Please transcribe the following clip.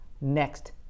next